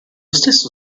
stesso